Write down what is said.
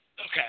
Okay